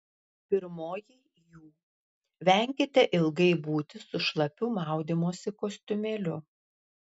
pirmoji jų venkite ilgai būti su šlapiu maudymosi kostiumėliu